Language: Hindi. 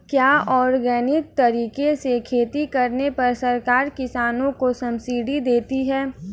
क्या ऑर्गेनिक तरीके से खेती करने पर सरकार किसानों को सब्सिडी देती है?